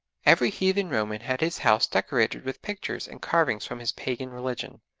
every heathen roman had his house decorated with pictures and carvings from his pagan religion,